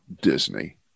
Disney